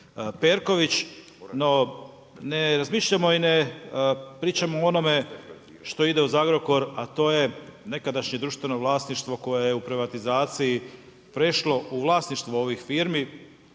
Perković. No ne razmišljamo i ne pričamo o onome što ide uz Agrokor a to je nekadašnje društveno vlasništvo koje je u privatizaciji prešlo u vlasništvo ovih firmi,